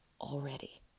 already